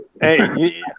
Hey